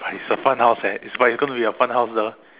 but it's a fun house eh its like go to your fun house ah